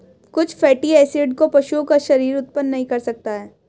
कुछ fatty acid को पशुओं का शरीर उत्पन्न नहीं कर सकता है